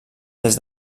des